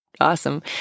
Awesome